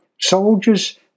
soldiers